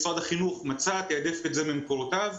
משרד החינוך מצא ותעדף את זה ממקורותיו.